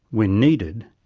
when needed,